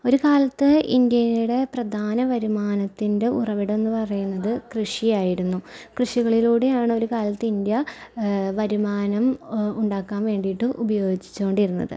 ഒര് കാലത്ത് ഇന്ത്യയുടെ പ്രധാന വരുമാനത്തിൻ്റെ ഉറവിടം എന്ന് പറയുന്നത് കൃഷിയായിരുന്നു കൃഷികളിലൂടെയാണ് ഒര് കാലത്ത് ഇന്ത്യ വരുമാനം ഉണ്ടാക്കാൻ വേണ്ടിയിട്ട് ഉപയോഗിച്ചുകൊണ്ടിരുന്നത്